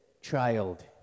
child